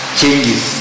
changes